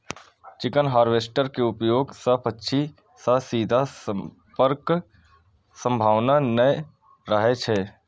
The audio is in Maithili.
चिकन हार्वेस्टर के उपयोग सं पक्षी सं सीधा संपर्कक संभावना नै रहै छै